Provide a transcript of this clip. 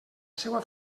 seua